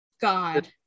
God